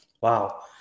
wow